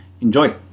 Enjoy